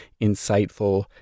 insightful